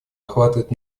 охватывает